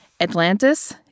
Atlantis